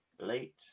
late